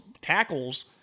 tackles